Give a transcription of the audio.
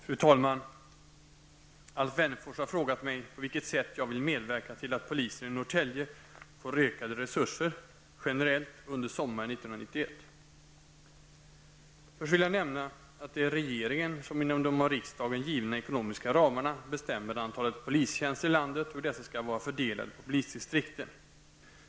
Fru talman! Alf Wennerfors har frågat mig på vilket sätt jag vill medverka till att polisen i Norrtälje får ökade resurser både generellt och under sommaren 1991. Först vill jag nämna att det är regeringen som, inom de av riksdagen givna ekonomiska ramarna, bestämmer antalet polistjänster i landet och hur dessa skall vara fördelade på polisdistrikten.